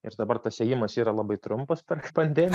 ir dabar tas ėjimas yra labai trumpas per pandemiją